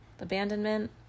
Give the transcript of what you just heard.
abandonment